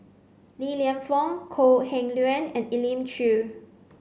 Li Lienfung Kok Heng Leun and Elim Chew